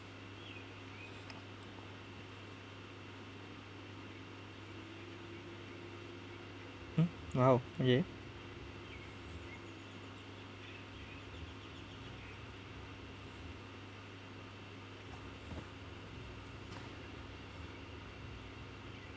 mm !wow! okay